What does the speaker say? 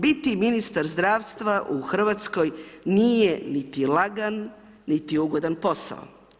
Biti ministar zdravstva u Hrvatskoj nije niti lagan, niti ugodan posao.